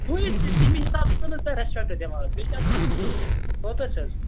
سُے تہٕ تَمی حساب چھُسو نا بہٕ تۄہہِ ریسپٮ۪کٹ دِوان حظ بیٚیہِ چھا کوتاہ چھِ حظ